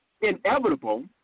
inevitable